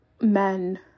men